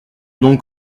donc